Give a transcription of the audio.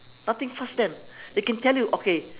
nothing fuzz them they can tell you okay